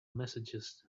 messages